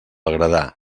agradar